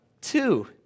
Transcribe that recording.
Two